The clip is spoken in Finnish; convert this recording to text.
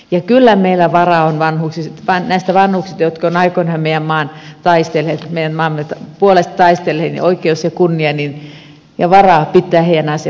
ja kyllä meillä on näiden vanhusten asioista jotka ovat aikoinaan meidän maamme puolesta taistelleet oikeus ja kunnia ja varaa pitää huolta